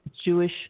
Jewish